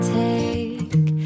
take